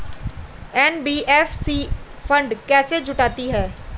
NBFC fund कैसे जुटाती है?